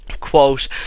Quote